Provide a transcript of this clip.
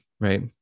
right